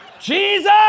Jesus